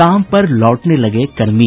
काम पर लौटने लगे कर्मी